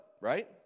right